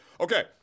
okay